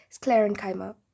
sclerenchyma